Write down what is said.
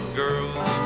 girls